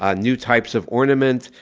ah new types of ornament.